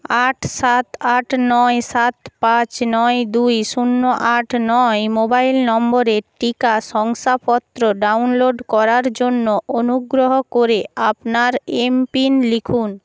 আট সাত আট নয় সাত পাঁচ নয় দুই শূন্য আট নয় মোবাইল নম্বরের টিকা শংসাপত্র ডাউনলোড করার জন্য অনুগ্রহ করে আপনার এমপিন লিখুন